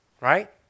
right